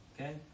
Okay